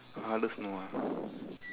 hardest no ah